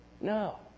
No